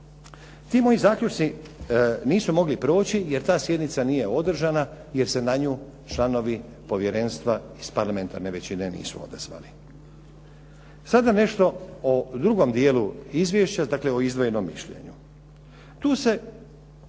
Ti moji zaključci nisu mogli proći jer ta sjednica nije održana, jer se na nju članovi povjerenstva iz parlamentarne većine nisu odazvali. Sada nešto o drugom dijelu izvješća, dakle o izdvojenom mišljenju. Tu se